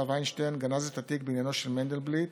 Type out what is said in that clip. וינשטיין גנז את התיק בעניינו של מנדלבליט